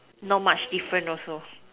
not much different also